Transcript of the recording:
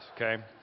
Okay